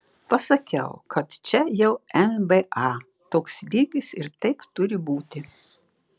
pasakiau kad čia jau nba toks lygis ir taip turi būti